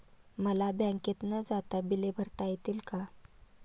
मला बँकेत न जाता बिले भरता येतील का?